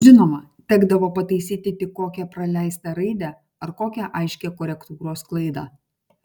žinoma tekdavo pataisyti tik kokią praleistą raidę ar kokią aiškią korektūros klaidą